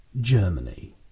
Germany